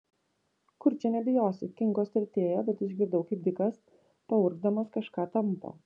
kur čia nebijosi kinkos tirtėjo bet išgirdau kaip dikas paurgzdamas kažką tampo